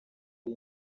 ari